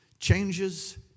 Changes